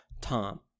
Tom